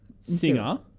singer